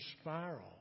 spiral